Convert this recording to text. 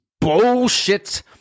bullshit